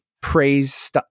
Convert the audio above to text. praise